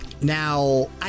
now